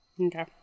Okay